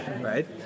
right